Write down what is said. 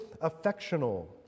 affectional